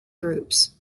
groups